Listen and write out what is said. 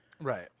right